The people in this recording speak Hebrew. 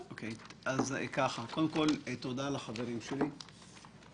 תודה לחברים שלי,